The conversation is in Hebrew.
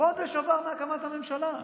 חודש עבר מהקמת הממשלה,